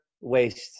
waste